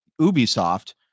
Ubisoft